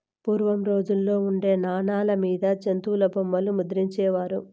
పూర్వం రోజుల్లో ఉండే నాణాల మీద జంతుల బొమ్మలు ముద్రించే వారు